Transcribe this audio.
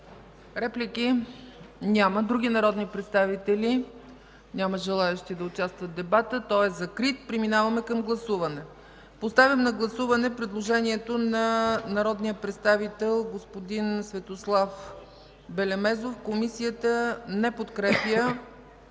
Реплики? Няма. Други народни представители? Няма желаещи да участват в дебата. Той е закрит. Преминаваме към гласуване. Поставям на гласуване предложението на народния представител Светослав Белемезов – Комисията не подкрепя